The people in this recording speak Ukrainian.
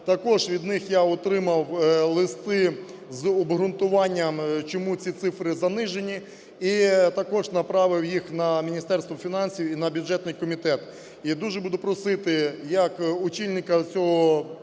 Також від них я отримав листи з обґрунтуванням чому ці цифри занижені. І також направив їх на Міністерство фінансів і на бюджетний комітет.